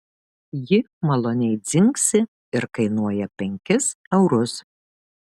ji maloniai dzingsi ir kainuoja penkis eurus